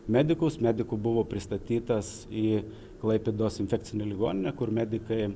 medikus medikų buvo pristatytas į klaipėdos infekcinę ligoninę kur medikai